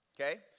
Okay